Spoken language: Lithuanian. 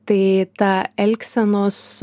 tai tą elgsenos